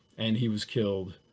and he was killed,